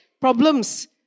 problems